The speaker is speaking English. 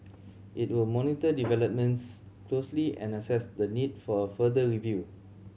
it will monitor developments closely and assess the need for a further review